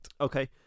okay